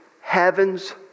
heaven's